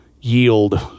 yield